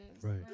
Right